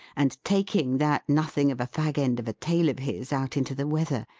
and taking that nothing of a fag-end of a tail of his, out into the weather,